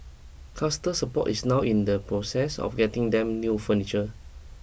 Cluster Support is now in the process of getting them new furniture